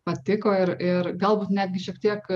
patiko ir ir galbūt netgi šiek tiek